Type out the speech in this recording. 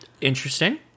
Interesting